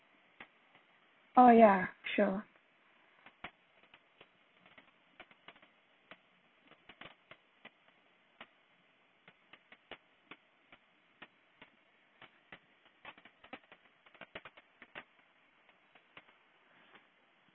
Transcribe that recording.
oh yeah sure